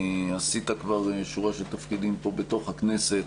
עשית כבר שורה של תפקידים פה, בתוך הכנסת.